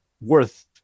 worth